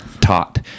taught